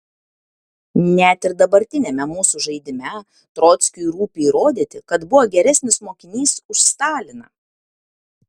net ir dabartiniame mūsų žaidime trockiui rūpi įrodyti kad buvo geresnis mokinys už staliną